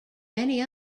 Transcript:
many